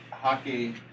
Hockey